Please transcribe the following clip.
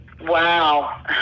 wow